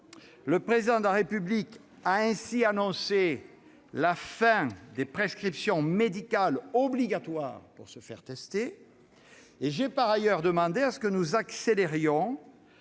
le Président de la République a annoncé la fin des prescriptions médicales obligatoires pour se faire tester. En outre, j'ai demandé que nous accélérions